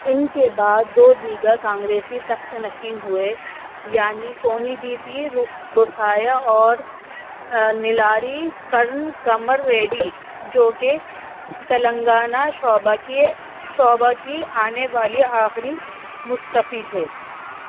ان کے بعد دو دیگر کانگریسی تخت نشین ہوئے یعنی کونیجیتی روسایا اور نلاری کرن کمر ریڈی جوکہ تلنگانہ شعبہ کے شعبہ کی آنے والی آخری مستفی تھے